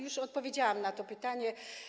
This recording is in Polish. Już odpowiedziałam na to pytanie.